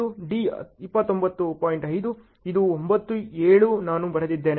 5 ಇದು 9 7 ನಾನು ಬರೆದಿದ್ದೇನೆ